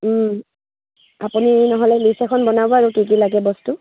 আপুনি নহ'লে লিষ্ট এখন বনাব আৰু কি কি লাগে বস্তু